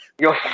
Yo